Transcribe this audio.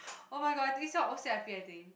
oh-my-god this o_c_i_p I think